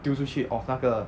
丢出去 of 那个